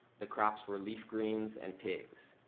the crops were leaf greens and pigs.